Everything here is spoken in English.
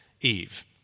Eve